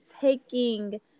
taking